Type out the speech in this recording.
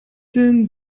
den